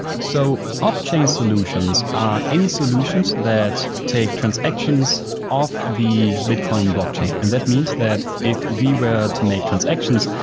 so off-chain solutions ah any solutions that take transactions off the bitcoin blockchain, and that means that if we were to make transactions,